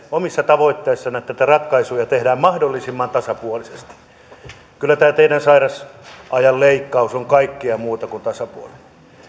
omissa tavoitteissanne että ratkaisuja tehdään mahdollisimman tasapuolisesti kyllä tämä teidän sairausajan leikkauksenne on kaikkea muuta kuin tasapuolinen